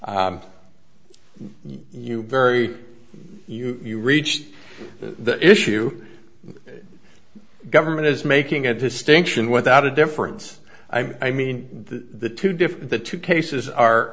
on you very you you reached the issue of government is making a distinction without a difference i mean the two different the two cases are